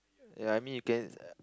ya I mean you can err